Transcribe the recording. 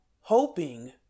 hoping